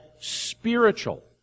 spiritual